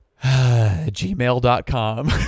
gmail.com